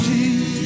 Jesus